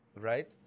right